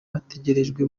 bategerejwe